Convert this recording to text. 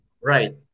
Right